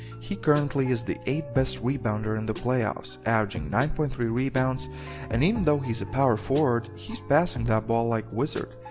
he currently is the eighth best rebounder in the playoffs averaging nine point three rebounds and even though he's a power forward, he's passing that ball like a wizard.